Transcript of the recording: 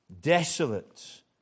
desolate